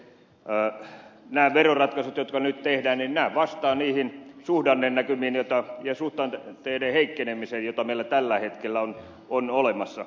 nämä veroratkaisut jotka nyt tehdään vastaavat niihin suhdannenäkymiin suhdanteiden heikkenemiseen joka meillä tällä hetkellä on olemassa